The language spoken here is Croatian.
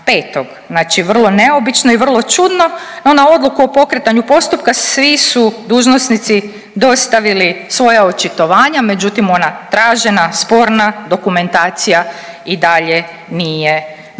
Znači vrlo neobično i vrlo čudno. No, na odluku o pokretanju postupka svi su dužnosnici dostavili svoja očitovanja međutim, ona tražena, sporna dokumentacija i dalje nije dostavljena.